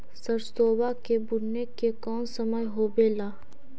सरसोबा के बुने के कौन समय होबे ला?